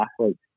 athletes